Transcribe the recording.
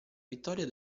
vittoria